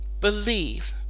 believe